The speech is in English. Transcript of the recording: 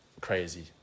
Crazy